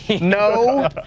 No